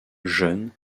jeune